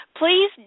please